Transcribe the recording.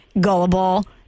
gullible